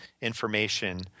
information